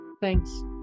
Thanks